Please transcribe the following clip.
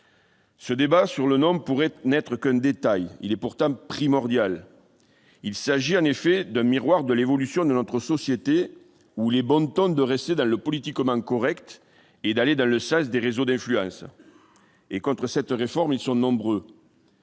Ce débat sur le nom pourrait n'être qu'un détail ; il est pourtant primordial. Il s'agit, en effet, d'un miroir de l'évolution de notre société, dans laquelle il est de bon ton de rester dans le « politiquement correct » et d'abonder dans le sens des réseaux d'influence. Or, contre cette réforme, ces réseaux sont nombreux.